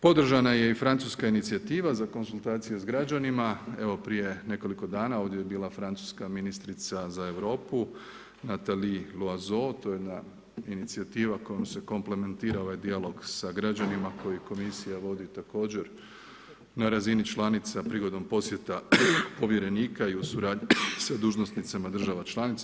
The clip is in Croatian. Podržana je i francuska inicijativa za konzultacije s građanima, evo prije nekoliko dana ovdje je bila francuska ministrica za Europu Nathalie Loiseau, to je jedna inicijativa kojom se komplementira ovaj dijalog sa građanima koji komisija vodi također na razini članica prigodom posjeta povjerenika i u suradnji sa dužnosnicama država članica.